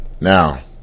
Now